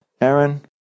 Aaron